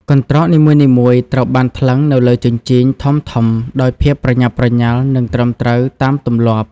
កន្ត្រក នីមួយៗត្រូវបានថ្លឹងនៅលើជញ្ជីងធំៗដោយភាពប្រញាប់ប្រញាល់ និងត្រឹមត្រូវតាមទម្លាប់។